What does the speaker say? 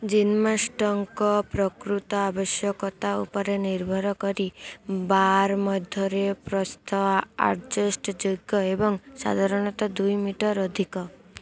ଜିମ୍ନାଷ୍ଟଙ୍କ ପ୍ରକୃତ ଆବଶ୍ୟକତା ଉପରେ ନିର୍ଭର କରି ବାର୍ ମଧ୍ୟରେ ପ୍ରସ୍ଥ ଆ ଆଡ଼ଜେଷ୍ଟ୍ ଯୋଗ୍ୟ ଏବଂ ସାଧାରଣତଃ ଦୁଇ ମିଟର୍ ଅଧିକ